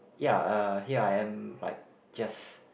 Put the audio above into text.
ya uh here I am like just